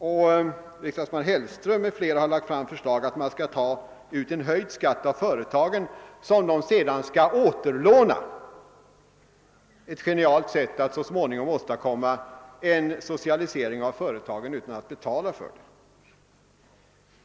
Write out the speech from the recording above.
Riksdagsman Hellström m.fl. har lagt fram ett förslag om att man skall ta ut en höjd skatt av företagen, som de sedan skall återlåna — ett genialt sätt att så småningom åstadkomma en socialisering av företagen utan att betala för det.